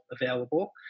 available